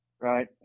Right